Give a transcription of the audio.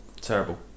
terrible